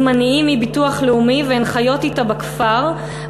זמניים מביטוח לאומי והן חיות אתה בכפר,